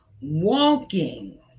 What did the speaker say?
walking